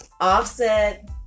Offset